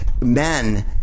men